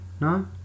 No